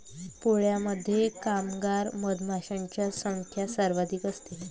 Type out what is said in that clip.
पोळ्यामध्ये कामगार मधमाशांची संख्या सर्वाधिक असते